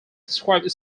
described